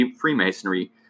Freemasonry